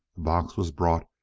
the box was brought,